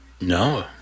No